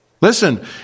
Listen